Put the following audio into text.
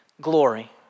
glory